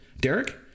Derek